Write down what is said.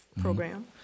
program